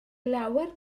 lawer